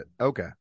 Okay